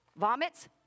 vomits